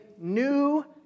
new